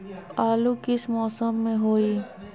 आलू किस मौसम में होई?